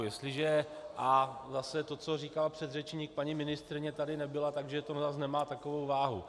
Jestliže a zase to, co říkal předřečník paní ministryně tady nebyla, tak že to zase nemá takovou váhu.